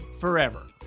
forever